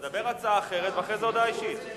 תדבר על ההצעה האחרת, ואחרי זה הודעה אישית.